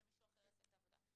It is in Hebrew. שמישהו אחר יעשה את העבודה.